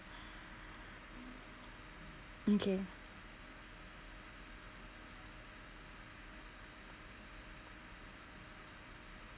okay